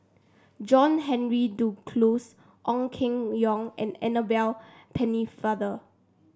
John Henry Duclos Ong Keng Yong and Annabel Pennefather